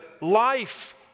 life